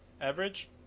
Average